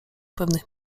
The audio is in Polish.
pewnych